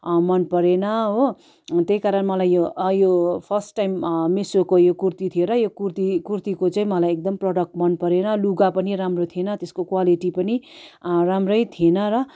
मन परेन हो त्यही कारण मलाई यो यो फर्स्ट टाइम मिसोको यो कुर्ती थियो यो र कुर्ती कुर्तीको चाहिँ मलाई एकदम प्रडक्ट मन परेन लुगा पनि राम्रो थिएन त्यसको क्वालिटी पनि राम्रै थिएन र